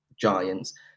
giants